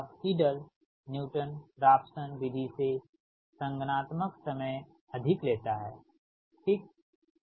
और Gauss Seidel Newton Raphson विधि से संगणनात्मक समय अधिक लेता है ठीक